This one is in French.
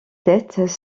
tests